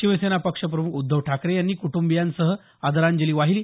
शिवसेना पक्षप्रमुख उद्धव ठाकरे यांनी कुटंबियासह आदरांजली वाहिली